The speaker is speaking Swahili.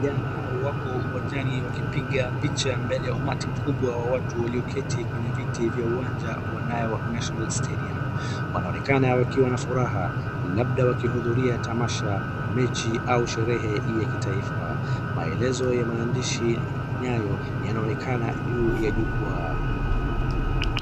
Vijana wako uwanjani wakipiga picha mbele ya umati mkubwa wa watu walioketi kwenye viti vya uwanja wa Nyayo national stadium . Wanaonekana wakiwa na furaha labda wakihudhuria tamasha, mechi au sherehe ya kitaifa. Maelezo ya maandishi Nyayo yanaonekana juu ya jukwaa.